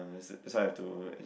that's why I have to